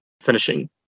finishing